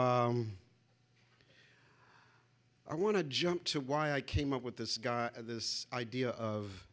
i want to jump to why i came up with this guy this idea of